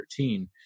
2013